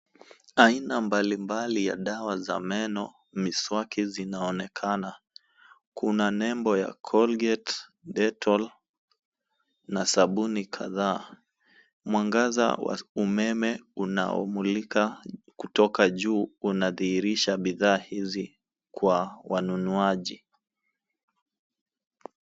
Aina mbalimbali ya dawa za meno, miswaki zinaonekana. Kuna nembo ya Colgate, Detol na sabuni kadhaa. Mwangaza wa umeme unaomulika kutoka juu unadhihirisha bidhaa hizi kwa wanunuaji.